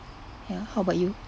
ya how about you